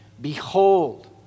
Behold